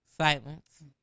Silence